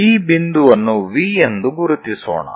ಈ ಬಿಂದುವನ್ನು V ಎಂದು ಗುರುತಿಸೋಣ